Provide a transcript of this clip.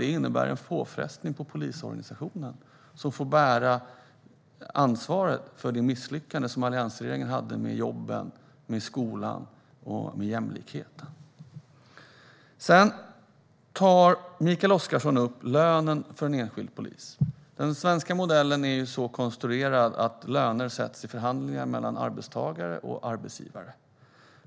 Det innebär såklart en påfrestning på polisorganisationen, som får bära ansvaret för alliansregeringens misslyckande med jobben, skolan och jämlikheten. Sedan tar Mikael Oscarsson upp lönen för en enskild polis. Den svenska modellen är konstruerad på det sättet att löner sätts i förhandlingar mellan arbetstagare och arbetsgivare.